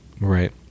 Right